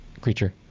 creature